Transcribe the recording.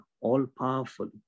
all-powerful